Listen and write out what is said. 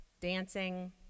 dancing